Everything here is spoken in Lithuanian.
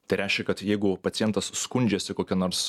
tai reiškia kad jeigu pacientas skundžiasi kokia nors